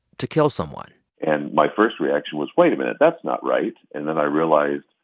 to kill someone and my first reaction was, wait a minute. that's not right. and then i realized,